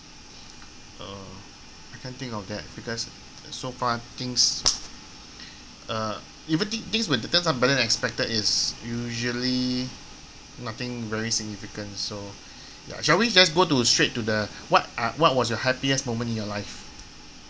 uh I can't think of that because so far things uh even things things when they turns up better than expected is usually nothing really significant so ya shall we just go to straight to the what are what was your happiest moment in your life